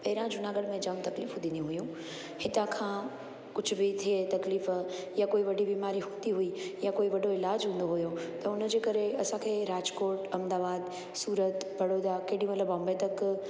पहिरियां जूनागढ़ में जाम तकलीफ़ू थींदी हुयूं हितां खां कुझु बि थे तकलीफ़ या वॾी बीमारी हूंदी हुई या कोई वॾो इलाजु हूंदो हुयो त हुनजे करे असांखे राजकोट अहमदाबाद सूरत बड़ौदा केॾी महिल बॉम्बे तक